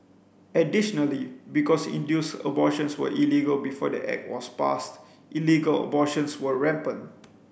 additionally because induced abortions were illegal before the act was passed illegal abortions were rampant